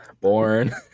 Born